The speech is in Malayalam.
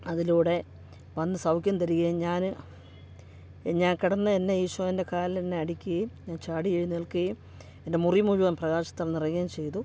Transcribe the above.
അതിലൂടെ വന്ന് സൗഖ്യം തരികേം ഞാൻ ഞാൻ കിടന്ന എന്നെ ഈശോൻ്റെ കാലിൽ എന്നെ അടിക്കുകയും ഞാൻ ചാടി എഴുനേൽക്കുകയും എൻ്റെ മുറി മുഴുവൻ പ്രകാശത്താൽ നിറയുകയും ചെയ്തു